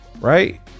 Right